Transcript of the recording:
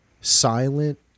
silent